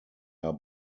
are